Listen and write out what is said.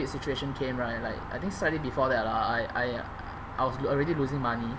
situation came right like I think starting before that lah I I I was already losing money